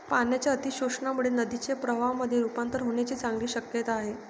पाण्याच्या अतिशोषणामुळे नदीचे प्रवाहामध्ये रुपांतर होण्याची चांगली शक्यता आहे